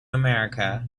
america